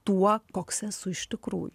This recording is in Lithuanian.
tuo koks esu iš tikrųjų